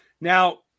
Now